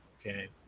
Okay